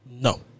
No